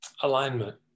alignment